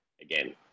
again